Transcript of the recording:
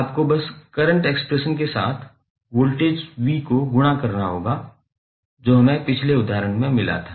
आपको बस current expression के साथ वोल्टेज v को गुणा करना होगा जो हमें पिछले उदाहरण में मिला था